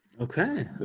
Okay